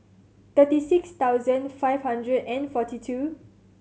thirty six thousand five hundred and forty two